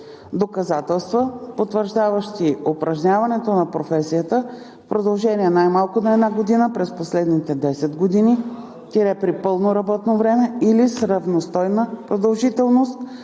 доказателства, потвърждаващи упражняването на професията в продължение най-малко на една година през последните десет години – при пълно работно време, или с равностойна продължителност